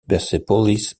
persepolis